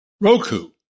Roku